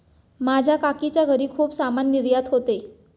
माझ्या काकीच्या घरी खूप सामान निर्यात होते